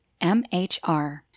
MHR